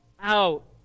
out